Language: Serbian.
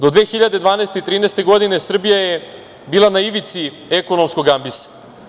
Do 2012. i 2013. godine Srbija je bila na ivici ekonomskog ambisa.